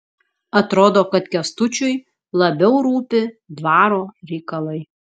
atrodo kad kęstučiui labiau rūpi dvaro reikalai